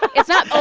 it's not, oh,